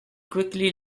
quickly